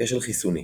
כשל חיסוני